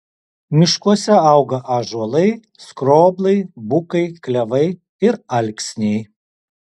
miškuose auga ąžuolai skroblai bukai klevai ir alksniai